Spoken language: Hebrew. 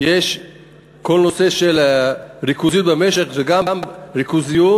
יש כל הנושא של הריכוזיות במשק, וגם ריכוזיות